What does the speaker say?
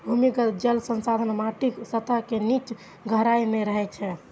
भूमिगत जल संसाधन माटिक सतह के निच्चा गहराइ मे रहै छै